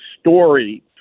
story